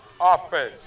Offense